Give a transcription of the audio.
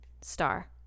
star